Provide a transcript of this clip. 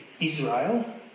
Israel